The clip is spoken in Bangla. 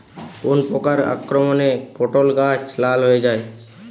কোন প্রকার আক্রমণে পটল গাছ লাল হয়ে যায়?